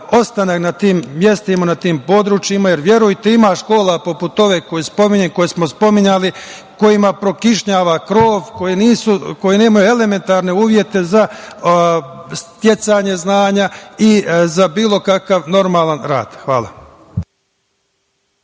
ostanak na tim mestima, na tim područjima. Verujte, ima škola poput ove koju spominjem, koje smo spominjali, kojima prokišnjava krov, koje nemaju elementarne uslove za sticanje znanja i za bilo kakav normalan rad. Hvala.